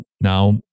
now